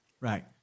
Right